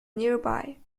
nearby